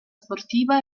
sportiva